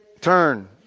turn